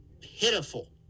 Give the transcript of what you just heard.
pitiful